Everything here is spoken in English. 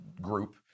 group